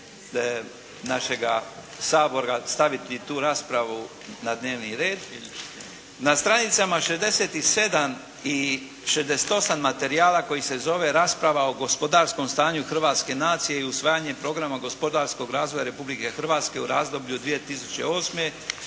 našega Sabora staviti tu raspravu na dnevni red. Na stranicama 67 i 68 materijala koji se zove "Rasprava o gospodarskom stanju hrvatske nacije i usvajanje programa gospodarskog razvoja Republike Hrvatske u razdoblju od 2008.